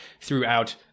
throughout